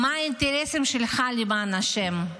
מה האינטרסים שלך, למען השם?